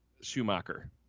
Schumacher